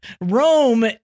Rome